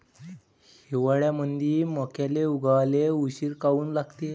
हिवाळ्यामंदी मक्याले उगवाले उशीर काऊन लागते?